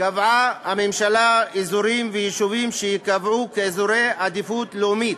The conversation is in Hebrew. קבעה הממשלה אזורים ויישובים שייקבעו כאזורי עדיפות לאומית.